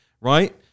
Right